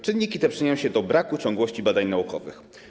Czynniki te przyczyniają się do braku ciągłości badań naukowych.